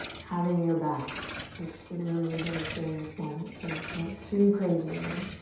having your back. which it literally does here in this moment, so it's not too crazy, right?